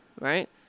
Right